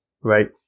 right